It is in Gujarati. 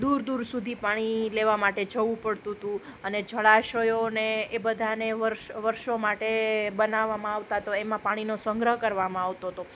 દૂર દૂર સુધી પાણી લેવા માટે જવું પડતું હતું અને જળાશયોને એ બધાને વર્ષ વર્ષો માટે બનાવામાં આવતા તો એમાં પાણીનો સંગ્રહ કરવામાં આવતો હતો